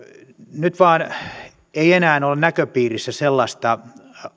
nyt vain ei enää ole näköpiirissä sellaista